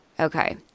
Okay